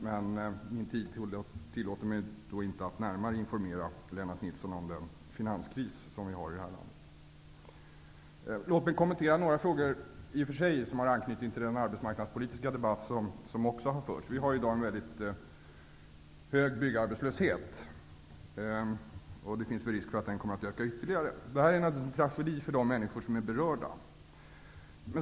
Min taletid tillåter mig inte att närmare informera Lennart Nilsson om den finanskris vi har i landet. Låt mig kommentera några frågor som har anknytning till den arbetsmarknadspolitiska debatt som också har förts. Byggarbetslösheten är mycket hög, och det finns risk för att den kommer att öka ytterligare. Det är naturligtvis en tragedi för de människor som berörs.